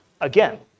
again